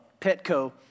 Petco